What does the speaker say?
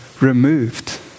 removed